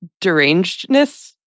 derangedness